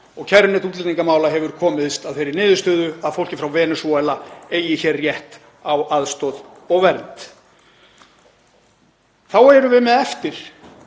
og kærunefnd útlendingamála hefur komist að þeirri niðurstöðu að fólkið frá Venesúela eigi rétt á aðstoð og vernd. Þá eru eftir